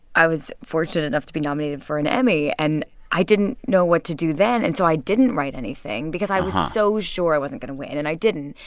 i was fortunate enough to be nominated for an emmy. and i didn't know what to do then, and so i didn't write anything because i was so sure i wasn't going to win. and i didn't.